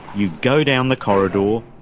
you go down the corridor,